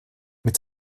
mit